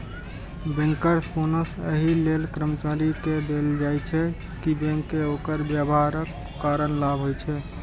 bankers bonus एहि लेल कर्मचारी कें देल जाइ छै, कि बैंक कें ओकर व्यवहारक कारण लाभ होइ छै